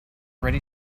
ready